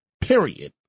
period